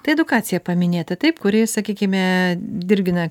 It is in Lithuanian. tai edukacija paminėta taip kuri sakykime dirgina